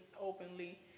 openly